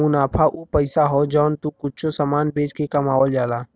मुनाफा उ पइसा हौ जौन तू कुच्छों समान बेच के कमावल जाला